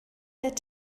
that